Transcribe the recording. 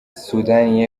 sudani